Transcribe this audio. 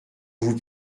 vous